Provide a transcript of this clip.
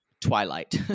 Twilight